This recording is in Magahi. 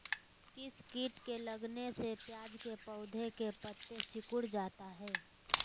किस किट के लगने से प्याज के पौधे के पत्ते सिकुड़ जाता है?